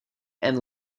and